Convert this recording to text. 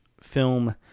film